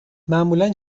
معمولا